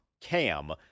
Cam